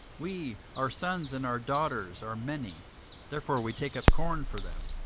we, our sons, and our daughters, are many therefore we take up corn for them,